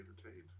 entertained